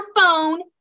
phone